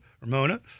Ramona